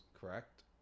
correct